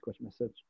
message